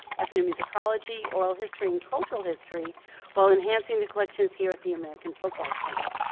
ethnomusicology, oral history and cultural history while enhancing the collections here at the american folklife center.